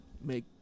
make